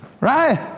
right